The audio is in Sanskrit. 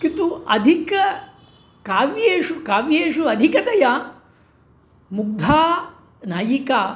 किन्तु अधिक काव्येषु काव्येषु अधिकतया मुग्धा नायिका